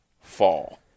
fall